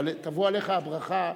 תבוא עליך הברכה,